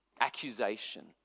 accusation